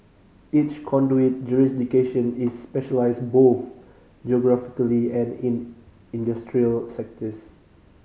each conduit jurisdiction is specialised both geographically and in industrial sectors